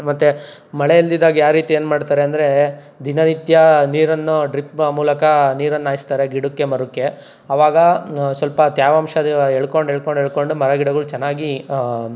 ಮತ್ತೆ ಮಳೆ ಇಲ್ದಿದ್ದಾಗ ಯಾವ ರೀತಿ ಏನು ಮಾಡ್ತಾರೆ ಅಂದರೆ ದಿನನಿತ್ಯ ನೀರನ್ನು ಡ್ರಿಪ್ ಮೂಲಕ ನೀರನ್ನು ಹಾಯಿಸ್ತಾರೆ ಗಿಡಕ್ಕೆ ಮರಕ್ಕೆ ಆವಾಗ ಸ್ವಲ್ಪ ತ್ಯಾವಾಂಶ ಎಳ್ಕೊಂಡು ಎಳ್ಕೊಂಡು ಎಳ್ಕೊಂಡು ಮರ ಗಿಡಗಳು ಚೆನ್ನಾಗಿ